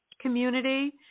community